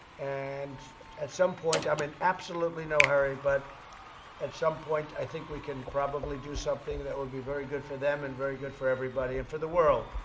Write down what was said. and at some point i'm in absolutely no hurry but at some point, i think we can probably do something that would be very good for them and very good everybody and for the world.